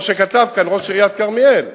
כמו שכתב כאן ראש עיריית כרמיאל,